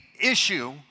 issue